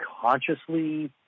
consciously